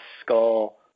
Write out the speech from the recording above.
skull